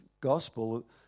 gospel